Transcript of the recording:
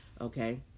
Okay